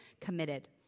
committed